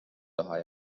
taha